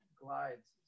glides